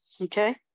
Okay